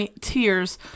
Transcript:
tears